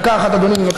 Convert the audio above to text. דקה אחת, אדוני, בבקשה.